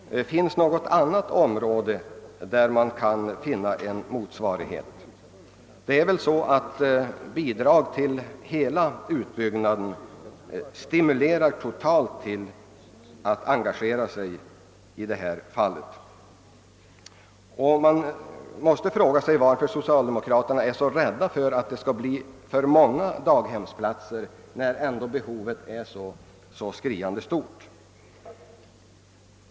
Finns det över huvud taget något område där man kan finna en motsvarighet till de bestämmelser som gäller beträffande familjedaghemsplatserna? Nej, det är naturligtvis så att bidrag till hela utbyggnaden totalt sett stimulerar till eti större engagemang även från kommuperna i detta fall. Varför är socialdemokraterna så rädda för att det skulle bli för många daghemsplatser, när behovet är så skriande?